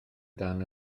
dan